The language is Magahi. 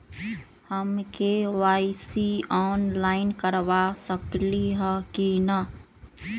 हम के.वाई.सी ऑनलाइन करवा सकली ह कि न?